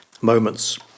moments